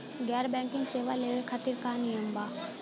गैर बैंकिंग सेवा लेवे खातिर का नियम बा?